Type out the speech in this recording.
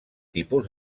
tipus